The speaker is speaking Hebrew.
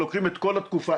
שלוקחים את כל התקופה,